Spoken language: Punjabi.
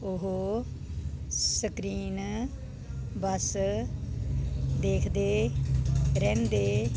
ਉਹ ਸਕਰੀਨ ਬਸ ਦੇਖਦੇ ਰਹਿੰਦੇ